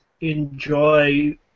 enjoy